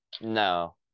No